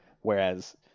whereas